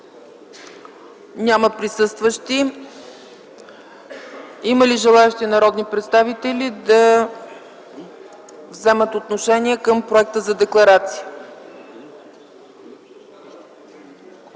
няма присъстващи. Има ли желаещи народни представители да вземат отношение по Проекта за декларация?